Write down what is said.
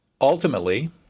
Ultimately